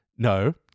No